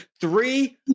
three